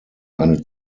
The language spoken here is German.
eine